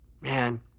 Man